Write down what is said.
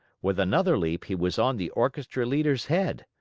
with another leap, he was on the orchestra leader's head.